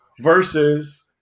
versus –